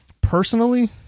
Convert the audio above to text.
personally